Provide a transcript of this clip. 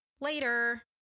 Later